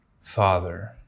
Father